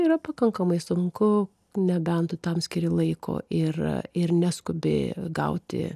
yra pakankamai sunku nebent tu tam skiri laiko ir ir neskubi gauti